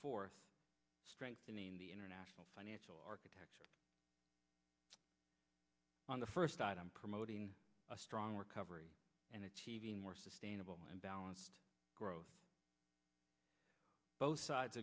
for strengthening the international financial architecture on the first item promoting a strong recovery and achieving more sustainable and balanced growth both sides